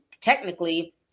technically